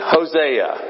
Hosea